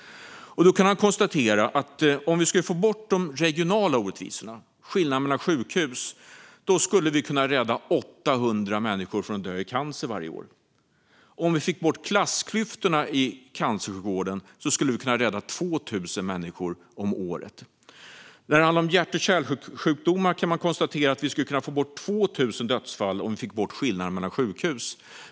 Då kunde han konstatera att om vi skulle få bort de regionala orättvisorna - skillnaderna mellan sjukhus - skulle vi kunna rädda 800 människor från att dö i cancer varje år. Om vi fick bort klassklyftorna i cancersjukvården skulle vi kunna rädda 2 000 människor om året. När det handlar om hjärt-kärlsjukdomar kan man konstatera att vi skulle kunna få bort 2 000 dödsfall om vi fick bort skillnaderna mellan sjukhus.